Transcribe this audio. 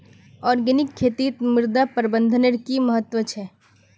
organic खेतीत मृदा प्रबंधनेर कि महत्व छे